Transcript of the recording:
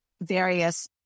various